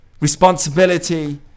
responsibility